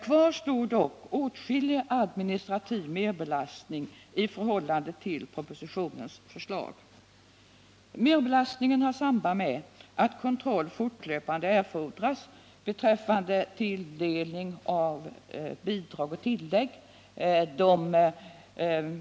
Kvar står dock åtskillig administrativ merbelastning i förhållande till propositionens förslag. Merbelastningen har samband med att kontroll fortlöpande erfordras beträffande tilldelning av bidrag och tillägg.